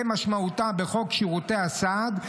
כמשמעותה בחוק שירותי הסעד,